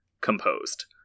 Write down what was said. composed